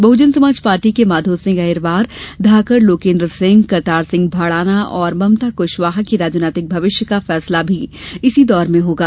बहुजन Samaj Party के माधो सिंह अहिरवार धाकड़ लोकेन्द्र सिंह करतार सिंह भडाना और ममता कुशवाहा के राजनीतिक भविष्य का फैसला भी इसी दौर में होगा